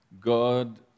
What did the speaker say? God